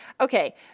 Okay